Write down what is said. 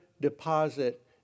deposit